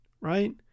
right